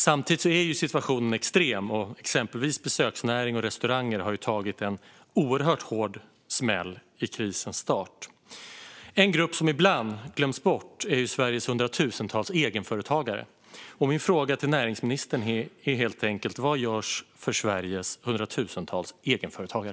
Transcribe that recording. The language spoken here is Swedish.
Samtidigt är situationen extrem, och exempelvis besöksnäring och restauranger har tagit en oerhört hård smäll i krisens start. En grupp som ibland glöms bort är Sveriges egenföretagare. Min fråga till näringsministern är helt enkelt: Vad görs för Sveriges hundratusentals egenföretagare?